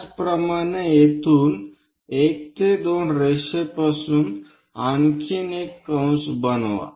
त्याचप्रमाणे 1 ते 2 रेषेपासून आणखी एक कंस बनवा